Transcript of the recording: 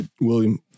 William